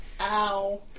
Ow